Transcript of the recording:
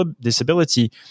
disability